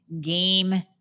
game